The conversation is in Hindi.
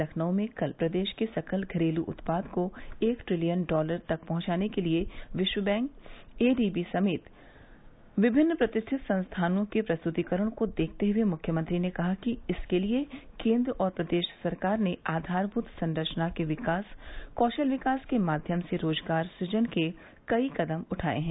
लखनऊ में कल प्रदेश के सकल घरेलू उत्पाद को एक ट्रिलियन डॉलर तक पहुंचाने के लिए विश्व बैंक एडीबी समेत विभिन्न प्रतिष्ठित संस्थानों के प्रस्तुतीकरण को देखते हुए मुख्यमंत्री ने कहा कि इसके लिए केंद्र और प्रदेश सरकार ने आधारभूत संरचना के विकास कौशल विकास के माध्यम से रोजगार सुजन के कई कदम उठाए हैं